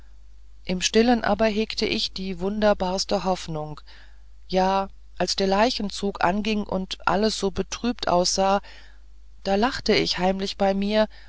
im stillen aber hegte ich die wunderbarste hoffnung ja als der leichenzug anging und alles so betrübt aussah da lachte ich heimlich bei mir